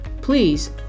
Please